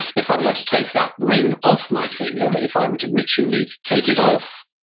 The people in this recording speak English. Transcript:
if i were to take that ring off my finger, if i were to ritually take it off,